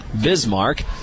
Bismarck